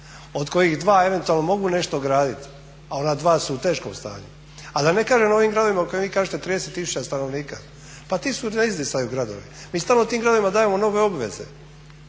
od kojih 2 eventualno mogu nešto gradit, a ona 2 su u teškom stanju. A da ne kažem o ovim gradovima o kojima vi kažete 30 tisuća stanovnika. Pa ti su na izdisaju gradovi. Mi stalno tim gradovima dajemo nove obveze,